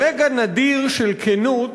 ברגע נדיר של כנות